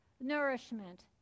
nourishment